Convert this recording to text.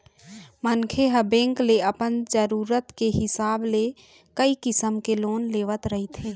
मनखे ह बेंक ले अपन जरूरत के हिसाब ले कइ किसम के लोन लेवत रहिथे